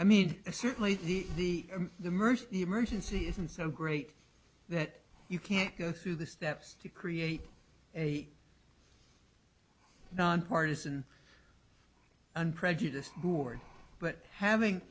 i mean certainly the the mirth the emergency isn't so great that you can't go through the steps to create a nonpartisan unprejudiced who are but having